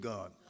God